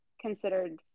considered